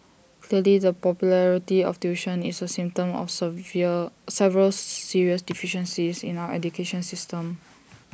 clearly the popularity of tuition is A symptom of severe several serious deficiencies in our education system